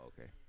okay